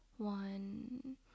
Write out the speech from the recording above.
One